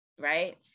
right